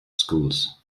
schools